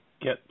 get